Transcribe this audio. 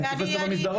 הייתי תופס אותו במסדרון.